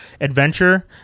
adventure